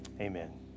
Amen